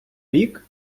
рік